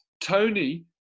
Tony